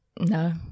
no